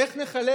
איך נחלק